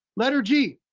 letter g,